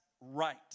right